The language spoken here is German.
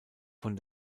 von